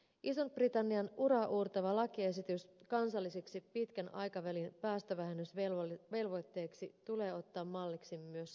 ison britannian uraauurtava lakiesitys kansallisiksi pitkän aikavälin päästövähennysvelvoitteiksi tulee ottaa malliksi myös suomessa